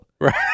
Right